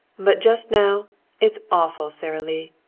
but just now it's awful, sara lee.